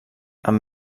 amb